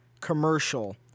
commercial